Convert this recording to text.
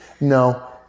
No